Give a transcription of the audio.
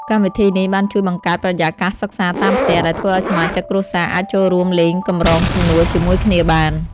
កម្មវិធីនេះបានជួយបង្កើតបរិយាកាសសិក្សាតាមផ្ទះ ដែលធ្វើឲ្យសមាជិកគ្រួសារអាចចូលរួមលេងកម្រងសំណួរជាមួយគ្នាបាន។